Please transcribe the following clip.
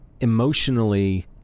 emotionally